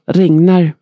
regnar